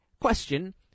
Question